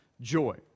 joy